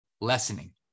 lessening